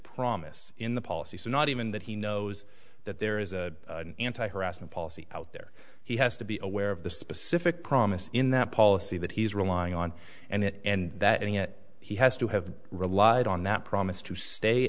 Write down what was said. promise in the policy so not even that he knows that there is a anti harassment policy out there he has to be aware of the specific promise in that policy that he's relying on and it and that and yet he has to have relied on that promise to stay